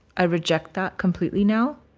i reject that completely now